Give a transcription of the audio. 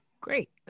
Great